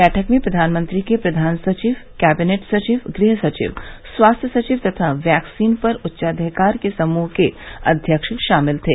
बैठक में प्रधानमंत्री के प्रधान सचिव कैबिनेट सचिव गृहसचिव स्वास्थ्य सचिव तथा वैक्सीन पर उच्चाधिकार समूह के अध्यक्ष शामिल थे